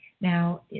Now